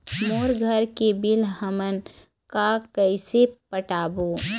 मोर घर के बिल हमन का कइसे पटाबो?